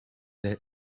there